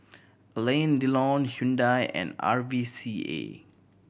Alain Delon Hyundai and R V C A